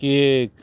cake